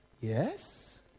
Yes